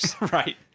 Right